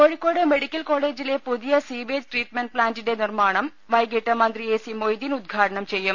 Kozhikode medical കോളജിലെ പുതിയ sewage treatment പ്ലാന്റിന്റെ നിർമാണം വൈകിട്ട് മന്ത്രി എ സി മൊയ്തീൻ ഉദ്ഘാടനം ചെയ്യും